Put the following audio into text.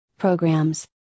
programs